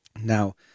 Now